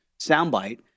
soundbite